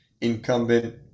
incumbent